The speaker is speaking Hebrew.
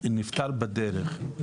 נפטר בדרך.